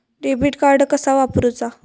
Debit card कसा वापरुचा?